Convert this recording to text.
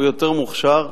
הוא יותר מוכשר,